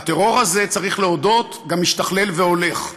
והטרור הזה, צריך להודות, גם משתכלל והולך.